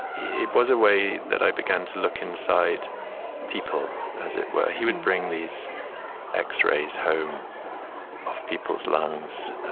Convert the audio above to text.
it was a way that i began to look inside people, as it were. he would bring these x-rays home of people's lungs